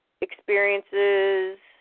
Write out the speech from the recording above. experiences